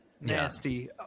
nasty